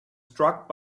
struck